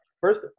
First